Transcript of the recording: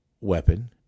weapon